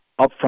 upfront